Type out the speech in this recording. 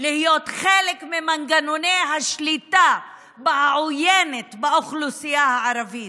להיות חלק ממנגנוני השליטה העוינת באוכלוסייה הערבית.